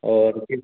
और फिर